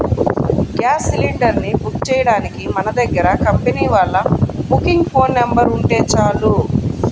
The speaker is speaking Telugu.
గ్యాస్ సిలిండర్ ని బుక్ చెయ్యడానికి మన దగ్గర కంపెనీ వాళ్ళ బుకింగ్ ఫోన్ నెంబర్ ఉంటే చాలు